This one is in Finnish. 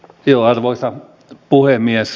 arvoisa puhemies